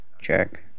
check